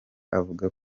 avuga